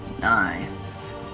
nice